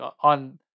on